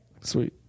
Sweet